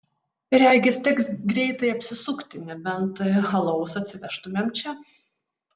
regis teks greitai apsisukti nebent alaus atsivežtumėm čia